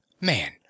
Man